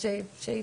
בבקשה.